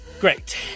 Great